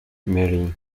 marrying